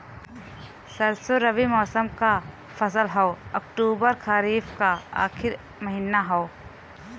सरसो रबी मौसम क फसल हव अक्टूबर खरीफ क आखिर महीना हव